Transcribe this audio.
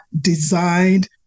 designed